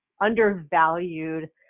undervalued